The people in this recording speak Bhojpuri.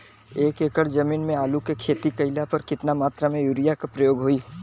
एक एकड़ जमीन में आलू क खेती कइला पर कितना मात्रा में यूरिया क प्रयोग होई?